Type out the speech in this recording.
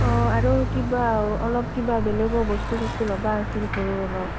অঁ আৰু কিবা অলপ কিবা বেলেগো বস্তু চস্তু ল'বা আছিল সৰু অলপ